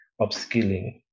upskilling